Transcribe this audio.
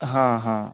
ହଁ ହଁ